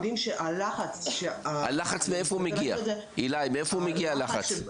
הלחץ מאיפה הוא מגיע הלחץ?